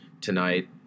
tonight